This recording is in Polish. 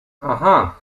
aha